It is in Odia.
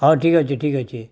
ହଉ ଠିକ୍ ଅଛି ଠିକ୍ ଅଛି